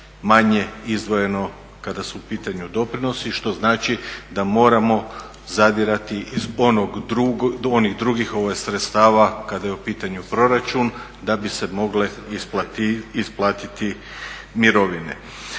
manje izdvojeno kada su u pitanju doprinosi, što znači da moramo zadirati iz onih drugih sredstava kada je u pitanju proračun da bi se mogle isplatiti mirovine.